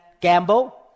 gamble